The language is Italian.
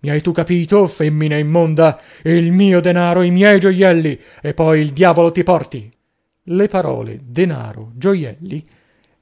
mi hai tu capito o femmina immonda il mio denaro i miei gioielli e poi il diavolo ti porti le parole denaro gioielli